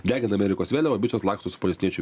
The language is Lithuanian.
degina amerikos vėliavą bičas laksto su palestiniečių